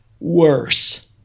worse